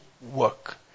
work